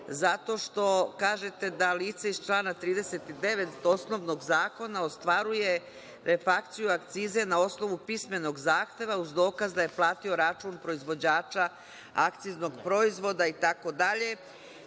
zato što kažete da lica iz člana 39. osnovnog zakona ostvaruju reflakciju akciza na osnovu pismenog zahteva uz dokaze da su platili račune proizvođača akciznog proizvoda itd.